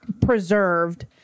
preserved